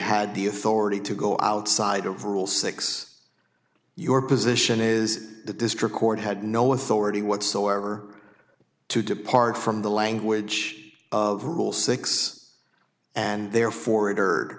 had the authority to go outside of rule six your position is the district court had no authority whatsoever to depart from the language of rule six and therefore it